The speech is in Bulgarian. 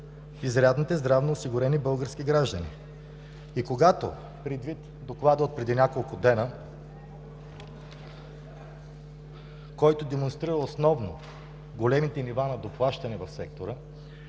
изрядните здравноосигурени български граждани. Предвид Доклада от преди няколко дни, който демонстрира основно големите нива на доплащане в сектора